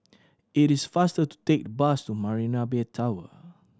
it is faster to take the bus to Marina Bay Tower